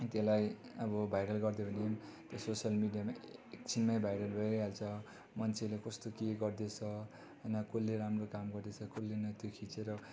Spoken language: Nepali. त्यसलाई अब भाइरल गरिदियो भने त्यो सोसियल मिडियामा एकछिनमै भाइरल भइहाल्छ मान्छेले कस्तो के गर्दैछ होइन कसले राम्रो काम गर्दैछ कसले नै त्यो खिचेर